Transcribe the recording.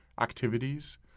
activities